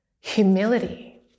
Humility